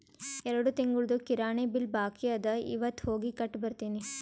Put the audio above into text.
ಎರಡು ತಿಂಗುಳ್ದು ಕಿರಾಣಿ ಬಿಲ್ ಬಾಕಿ ಅದ ಇವತ್ ಹೋಗಿ ಕಟ್ಟಿ ಬರ್ತಿನಿ